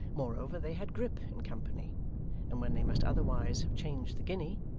moreover they had grip in company and when they must otherwise have changed the guinea,